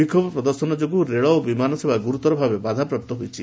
ବିକ୍ଷୋଭ ପ୍ରଦର୍ଶନ ଯୋଗୁଁ ରେଳ ଓ ବିମାନ ସେବା ଗୁରୁତର ଭାବେ ବାଧାପ୍ରାପ୍ତ ହୋଇଛି